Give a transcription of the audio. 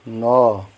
ନଅ